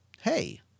hey